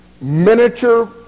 miniature